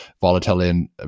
volatility